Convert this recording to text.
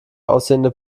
aussehende